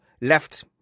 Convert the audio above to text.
left